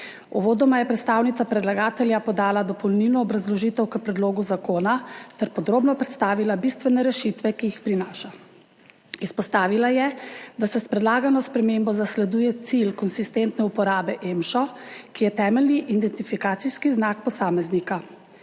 Uvodoma je predstavnica predlagatelja podala dopolnilno obrazložitev k predlogu zakona ter podrobno predstavila bistvene rešitve, ki jih prinaša. Izpostavila je, da se s predlagano spremembo zasleduje cilj konsistentne uporabe EMŠA, ki je temeljni identifikacijski znak posameznika.